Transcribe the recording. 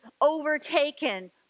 overtaken